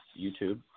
YouTube